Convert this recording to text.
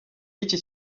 yiki